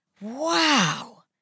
Wow